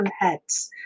heads